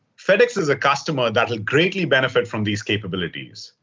fedex is a customer that will greatly benefit from these capabilities.